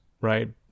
right